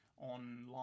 online